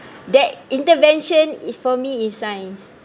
that intervention is for me in science